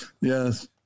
Yes